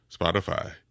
Spotify